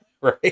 right